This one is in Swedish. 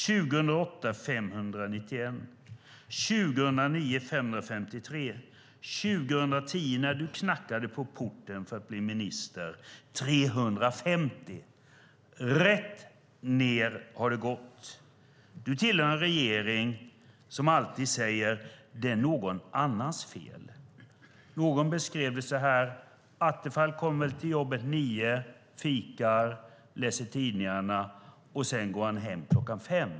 År 2008 var det 591. År 2009 var det 553. År 2010, när du knackade på porten för att bli minister, var det 350. Rätt ned har det gått. Du tillhör en regering som alltid säger att det är någon annans fel. Någon beskrev det så här: Attefall kommer till jobbet klockan nio, fikar och läser tidningarna, och sedan går han hem klockan fem.